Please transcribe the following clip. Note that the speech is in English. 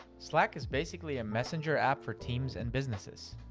slack is basically a messenger app for teams and businesses.